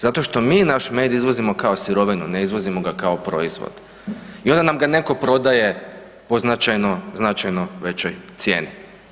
Zato što mi naš med izvozimo kao sirovinu, ne izvozimo ga kao proizvod i onda nam ga netko prodaje po značajno, značajno većoj cijeni.